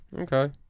Okay